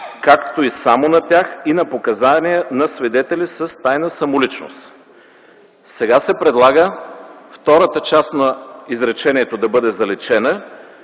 както и само на тях и на показания на свидетели с тайна самоличност”. Сега се предлага втората част на изречението да бъде заличена,